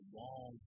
long